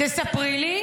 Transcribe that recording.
תספרי לי.